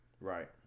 Right